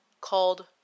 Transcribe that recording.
called